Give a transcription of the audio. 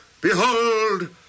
behold